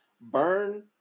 Burn